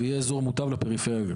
ויהיה אזור מוטב לפריפריה.